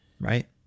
right